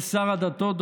אל שר הדתות,